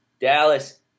Dallas